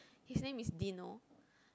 his name is Dino